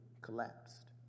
collapsed